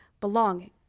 Belonging